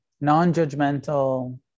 non-judgmental